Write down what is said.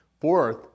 fourth